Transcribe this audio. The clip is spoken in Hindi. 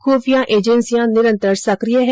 ख्रफिया एजेंसियां निरंतर सक्रिय हैं